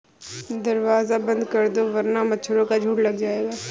दरवाज़ा बंद कर दो वरना मच्छरों का झुंड लग जाएगा